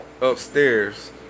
Upstairs